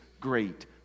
great